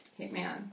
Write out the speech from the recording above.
Hitman